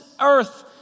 earth